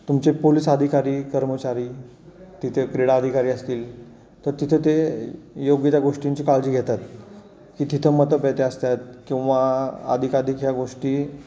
तुमचे पोलिस अधिकारी कर्मचारी तिथे क्रीडा अधिकारी असतील तर तिथं ते योग्य त्या गोष्टींची काळजी घेतात की तिथं मतपेट्या असतात किंवा अधिकाधिक ह्या गोष्टी